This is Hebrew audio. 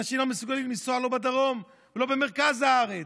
אנשים לא מסוגלים לנסוע לא בדרום ולא במרכז הארץ.